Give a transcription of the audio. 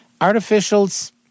Artificials